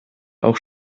auch